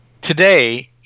Today